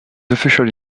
officially